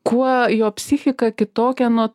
kuo jo psichika kitokia nuo